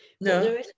No